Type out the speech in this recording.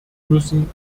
müssen